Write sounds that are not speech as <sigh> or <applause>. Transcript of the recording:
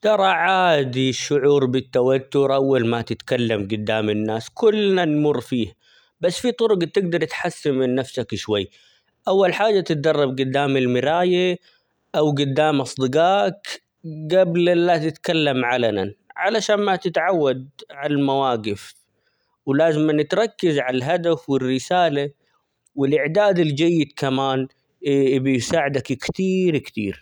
ترى عادي شعور بالتوتر أول ما تتكلم قدام الناس كلنا نمر فيه ،بس في طرق تقدر تحسن من نفسك شوي ،أول حاجة تتدرب قدام المراية ،أو قدام أصدقائك قبل لا تتكلم علنًا علشان ما تتعود عالمواقف ،ولازما تركز عالهدف والرسالة والإعداد الجيد كمان <hesitation> بيساعدك كتير كتير.